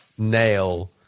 nail